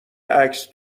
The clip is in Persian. عکس